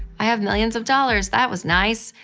i have millions of dollars. that was nice.